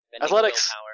Athletics